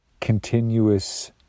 continuous